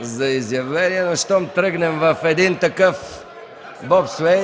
за изявление, но щом тръгнем в един такъв бобслей,